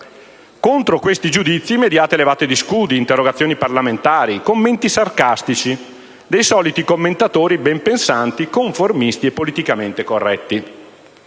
Contro questi giudizi, immediate levate di scudi, interrogazioni parlamentari, commenti sarcastici dei soliti commentatori benpensanti, conformisti e politicamente corretti.